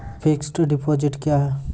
Fixed deposit क्या हैं?